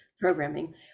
programming